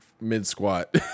mid-squat